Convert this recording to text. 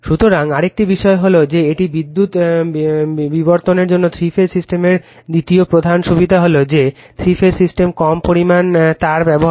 সুতরাং আরেকটি বিষয় হল যে এটি বিদ্যুৎ বিতরণের জন্য থ্রি ফেজ সিস্টেমের দ্বিতীয় প্রধান সুবিধা হল যে তিন ফেজ সিস্টেম কম পরিমাণে তার ব্যবহার করে